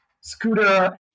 scooter